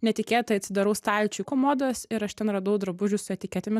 netikėtai atsidarau stalčių komodos ir aš ten radau drabužių su etiketėmis